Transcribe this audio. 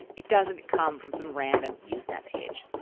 it doesn't come from some random usenet page.